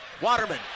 Waterman